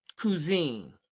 cuisine